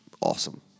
awesome